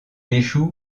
échoue